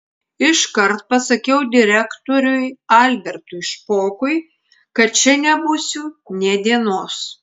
iškart pasakiau direktoriui albertui špokui kad čia nebūsiu nė dienos